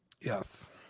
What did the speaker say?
Yes